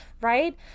right